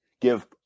give